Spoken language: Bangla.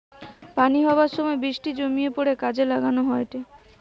পানি হবার সময় বৃষ্টি জমিয়ে পড়ে কাজে লাগান হয়টে